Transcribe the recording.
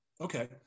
Okay